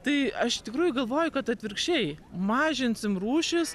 tai aš iš tikrųjų galvoju kad atvirkščiai mažinsim rūšis